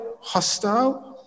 hostile